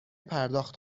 پرداخت